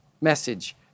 message